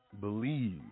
believe